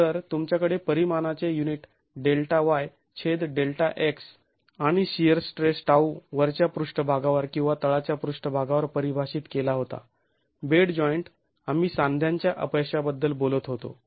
तर तुमच्याकडे परीमाणाचे युनिट Δy छेद Δx आणि शिअर स्ट्रेस τ वरच्या पृष्ठभागावर किंवा तळाच्या पृष्ठभागावर परिभाषित केला होता बेड जॉईंट आम्ही साध्यांच्या अपयशाबद्दल बोलत होतो